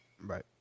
Right